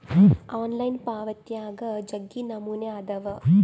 online ಪಾವಾತ್ಯಾಗ ಜಗ್ಗಿ ನಮೂನೆ ಅದಾವ